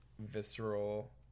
visceral